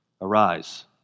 Arise